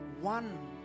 one